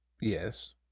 Yes